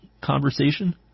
conversation